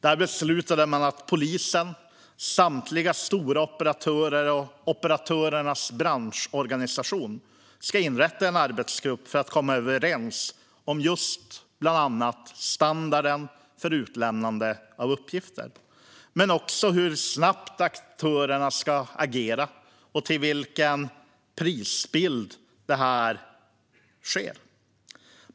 Man beslutade att polisen, samtliga stora operatörer och operatörernas branschorganisation ska inrätta en arbetsgrupp för att komma överens om bland annat standarden för utlämnande av uppgifter, men också hur snabbt aktörerna ska agera och med vilken prisbild det sker.